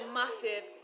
massive